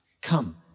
Come